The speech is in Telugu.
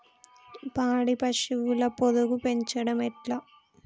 పాడి పశువుల పొదుగు పెంచడం ఎట్లా?